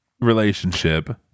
relationship